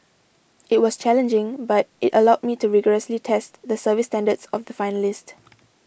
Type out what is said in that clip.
it was challenging but it allowed me to rigorously test the service standards of the finalist